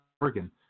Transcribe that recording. Oregon